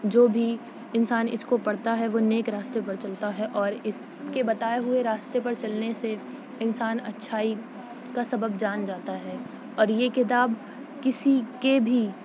جو بھی انسان اس کو پڑھتا ہے وہ نیک راستے پر چلتا ہے اور اس کے بتائے ہوئے راستے پر چلنے سے انسان اچھائی کا سبب جان جاتا ہے اور یہ کتاب کسی کے بھی